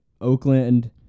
Oakland